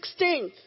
16th